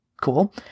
cool